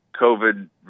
COVID